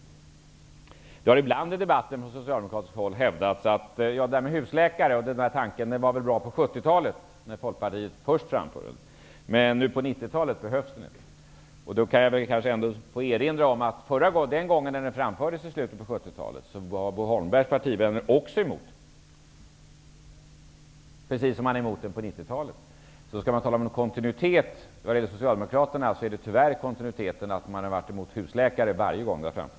Det har ibland i debatten från socialdemokratiskt håll hävdats att det där med husläkare kanske var bra på 1970-talet, när Folkpartiet först framförde idén, men nu på 1990-talet behövs det inte. Då kanske jag får erinra om att när idén framfördes på 70-talet var Bo Holmbergs partivänner också emot den, precis som man är emot den på 90 Skall man tala om kontinuitet när det gäller Socialdemokraterna är det tyvärr kontinuiteten att man har varit emot husläkarna varje gång idén framförts.